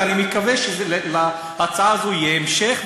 ואני מקווה שלהצעה הזאת יהיה המשך.